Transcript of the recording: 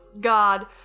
god